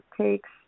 takes